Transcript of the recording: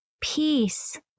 peace